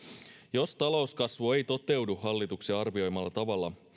jos talouskasvu ei toteudu hallituksen arvioimalla tavalla